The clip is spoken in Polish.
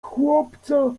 chłopca